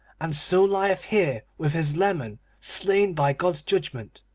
and so lieth here with his leman slain by god's judgment,